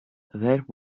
that